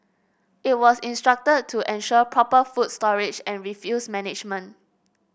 it was instructed to ensure proper food storage and refuse management